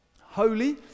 Holy